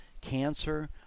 cancer